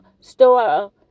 store